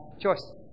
choice